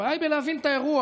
הבעיה היא להבין את האירוע.